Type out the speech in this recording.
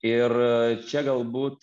ir čia galbūt